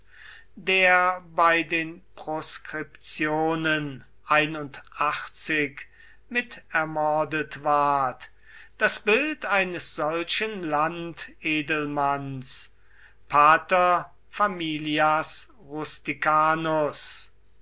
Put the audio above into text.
der bei den proskriptionen mit ermordet ward das bild eines solchen landedelmanns pater